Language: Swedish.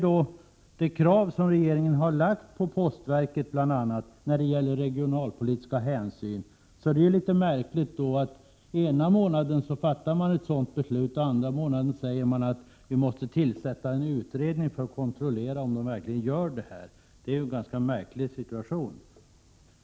1987/88:108 regeringen ställer på postverket bl.a. i fråga om regionalpolitiska hänsyn, så 26 april 1988 ter det sig litet märkligt att man ena månaden fattar ett sådant här beslut och andra månaden säger att vi måste tillsätta en utredning för att kontrollera om postverket verkligen uppfyller kraven. Det är en ganska underlig situation.